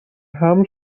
حمل